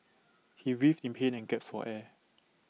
he writhed in pain and gasped for air